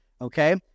okay